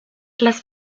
las